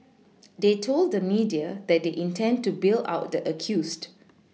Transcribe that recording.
they told the media that they intend to bail out the accused